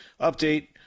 update